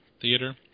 theater